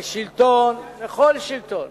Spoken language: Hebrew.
לשלטון, לכל שלטון,